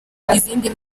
izindi